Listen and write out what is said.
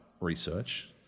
research